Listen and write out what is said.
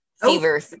fever